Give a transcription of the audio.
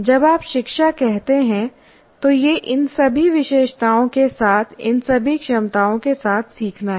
जब आप शिक्षा कहते हैं तो यह इन सभी विशेषताओं के साथ इन सभी क्षमताओं के साथ सीखना है